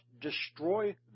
destroy